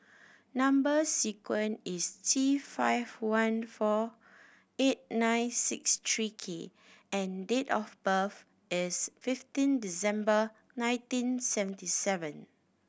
number sequence is T five one four eight nine six three K and date of birth is fifteen December nineteen seventy seven